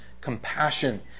compassion